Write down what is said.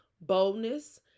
boldness